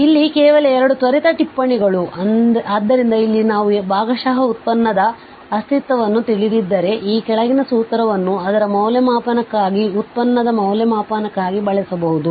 ಆದ್ದರಿಂದ ಇಲ್ಲಿ ಕೇವಲ 2 ತ್ವರಿತ ಟಿಪ್ಪಣಿಗಳು ಆದ್ದರಿಂದ ಇಲ್ಲಿ ನಾವು ಭಾಗಶಃ ಉತ್ಪನ್ನದ ಅಸ್ತಿತ್ವವನ್ನು ತಿಳಿದಿದ್ದರೆ ಈ ಕೆಳಗಿನ ಸೂತ್ರವನ್ನು ಅದರ ಮೌಲ್ಯಮಾಪನಕ್ಕಾಗಿ ಉತ್ಪನ್ನದ ಮೌಲ್ಯಮಾಪನಕ್ಕಾಗಿ ಬಳಸಬಹುದು